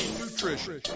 nutrition